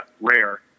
rare